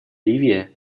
ливия